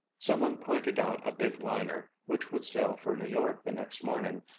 some one pointed out a big liner which would sail for new york the next morning,